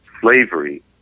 slavery